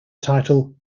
title